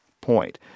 point